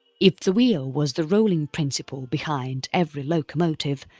if the wheel was the rolling principle behind every locomotive,